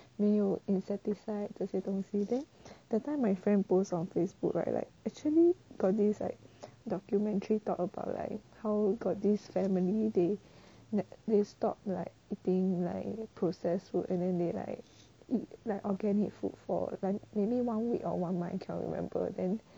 没有 insecticide 这些东西 then that time my friend post on facebook right like actually got this like documentary talk about like how got this family they stop like eating like processed food and then they like eat like organic food for like maybe one week or one month I cannot remember